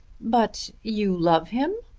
but you love him?